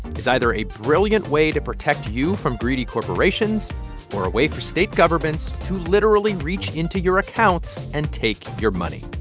is either a brilliant way to protect you from greedy corporations or a way for state governments to literally reach into your accounts and take your money